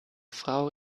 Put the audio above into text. frau